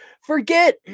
Forget